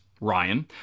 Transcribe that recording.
Ryan